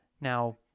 Now